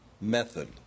method